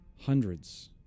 hundreds